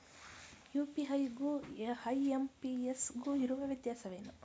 UPI ಗು IMPS ಗು ಇರುವ ವ್ಯತ್ಯಾಸವೇನು?